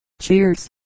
Cheers